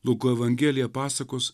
luko evangelija pasakos